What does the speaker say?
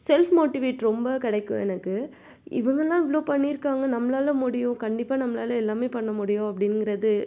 self motivate ரொம்ப கிடைக்கும் எனக்கு இவங்கள்லாம் இவ்வளோ பண்ணியிருக்காங்க நம்மளால் முடியும் கண்டிப்பாக நம்மளால் எல்லாமே பண்ண முடியும் அப்படிங்கிறது